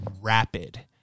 rapid